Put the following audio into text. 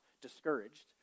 discouraged